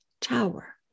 tower